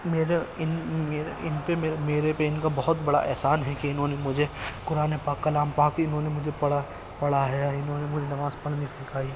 میرے ان میرے ان پہ میرے پہ ان کا بہت بڑا احسان ہے کہ انہوں نے مجھے قرآن پاک کلام پاک انہوں نے مجھے پڑھا پڑھایا انہوں نے مجھے نماز پڑھنی سکھائی